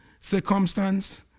circumstance